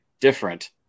different